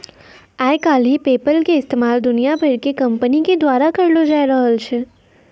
आइ काल्हि पेपल के इस्तेमाल दुनिया भरि के कंपनी के द्वारा करलो जाय रहलो छै